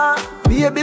Baby